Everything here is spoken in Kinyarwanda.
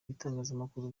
bitangazamakuru